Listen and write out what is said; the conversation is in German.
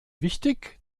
wichtig